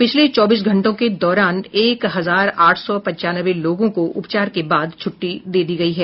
पिछले चौबीस घंटों के दौरान एक हजार आठ सौ पंचानवे लोगों को उपचार के बाद छूट्टी दी गयी है